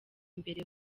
mbere